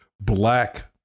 black